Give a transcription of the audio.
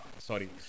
Sorry